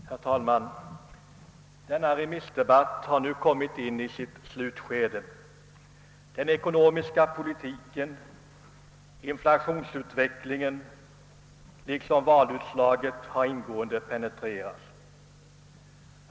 Herr talman! Denna remissdebatt har nu kommit in i sitt slutskede. Den ekonomiska politiken, inflationsutvecklingen liksom valutslaget har ingående penetrerats.